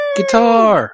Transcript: Guitar